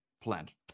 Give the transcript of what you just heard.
plant